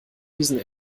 diesen